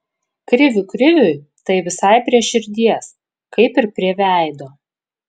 krivių kriviui tai visai prie širdies kaip ir prie veido